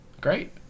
Great